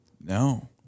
No